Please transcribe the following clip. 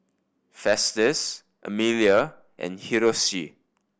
Festus Amelia and Hiroshi